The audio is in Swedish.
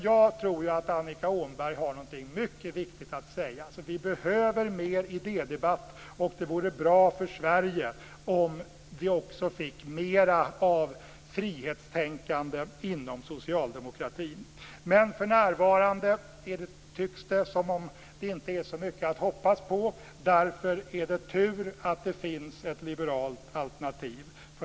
Jag tror dock att Annika Åhnberg har något mycket viktigt att säga. Vi behöver mer av idédebatt, och det vore bra för Sverige om det också blev mer av frihetstänkande inom socialdemokratin. Men för närvarande tycks det inte finnas så mycket att hoppas på. Därför är det tur att det finns ett liberalt alternativ.